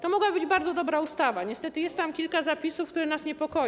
To mogła być bardzo dobra ustawa, niestety jest tam kilka zapisów, które nas niepokoją.